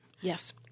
Yes